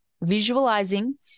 visualizing